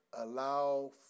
allow